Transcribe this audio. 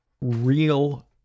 real